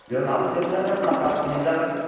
जोंहाबो जोबथारनायाव खासा बुध मोनजागोन